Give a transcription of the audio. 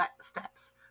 steps